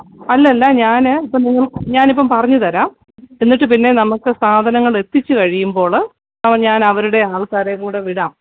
അല്ലല്ല ഞാന് ഇപ്പോള് നിങ്ങള് ഞാനിപ്പം പറഞ്ഞുതരാം എന്നിട്ട് പിന്നെ നമുക്ക് സാധനങ്ങളെത്തിച്ച് കഴിയുമ്പോള് ഞാന് അവരുടെ ആൾക്കാരെയും കൂടെ വിടാം